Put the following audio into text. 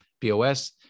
POS